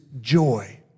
joy